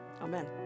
Amen